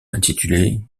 intitulé